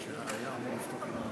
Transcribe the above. כל אחד קיבל עשר דקות?